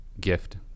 gift